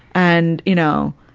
and, you know,